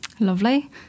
Lovely